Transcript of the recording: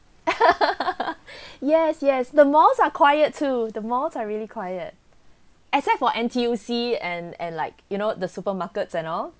yes yes the malls are quiet to the malls are really quiet except for N_T_U_C and and like you know the supermarkets and all